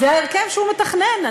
זה ההרכב שהוא מתכנן.